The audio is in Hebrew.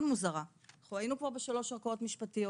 אנחנו היינו כבר בשלוש ערכאות משפטיות.